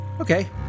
Okay